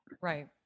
Right